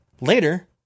Later